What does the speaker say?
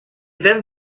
then